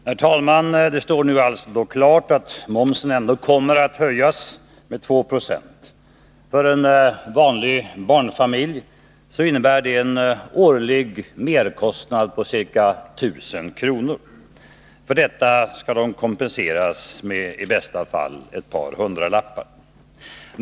Herr talman! Det står nu alltså klart att momsen ändå kommer att höjas med 2 26. För vanliga barnfamiljer innebär det en årlig merkostnad på ca 1000 kr. För detta skall de kompenseras med i bästa fall ett par hundralappar.